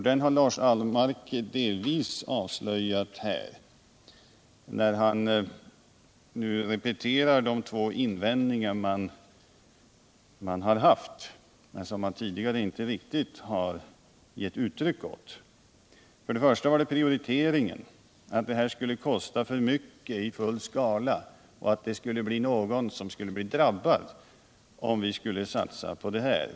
Den har Lars Ahlmark delvis avslöjat här, när han nu repeterar de två invändningar som man har haft men som man tidigare inte riktigt har givit uttryck åt. För det första var det prioriteringen — den här verksamheten skulle kosta för mycket i full skala, och någon skulle bli drabbad om vi skulle satsa på detta.